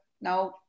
now